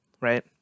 right